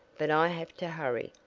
but i have to hurry.